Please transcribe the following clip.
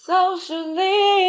Socially